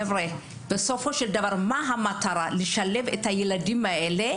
בסופו של דבר, המטרה היא לשלב את הילדים האלה